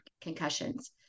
concussions